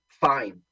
fine